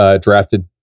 drafted